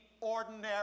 ordinary